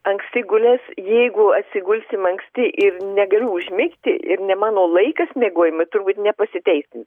anksti gulęs jeigu atsigulsim anksti ir negaliu užmigti ir ne mano laikas miegojimui turbūt nepasiteisins